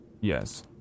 yes